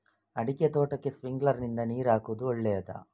ಅಡಿಕೆ ತೋಟಕ್ಕೆ ಸ್ಪ್ರಿಂಕ್ಲರ್ ನಿಂದ ನೀರು ಹಾಕುವುದು ಒಳ್ಳೆಯದ?